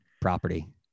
property